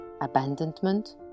abandonment